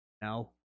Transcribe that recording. No